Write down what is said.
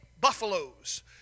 buffaloes